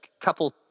couple